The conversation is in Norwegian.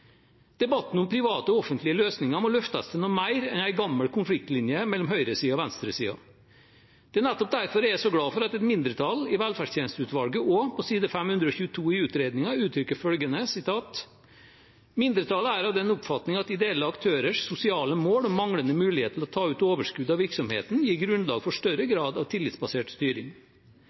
Debatten om private og offentlige løsninger må løftes til noe mer enn en gammel konfliktlinje mellom høyresiden og venstresiden. Det er også nettopp derfor jeg er så glad for at et mindretall i velferdstjenesteutvalget, på side 522 i utredningen, uttrykker følgende: «Mindretallet er av den oppfatning at ideelle aktørers sosiale mål og manglende mulighet til å ta overskudd ut av virksomheten, gir grunnlag for større grad av tillitsbasert styring.